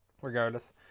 regardless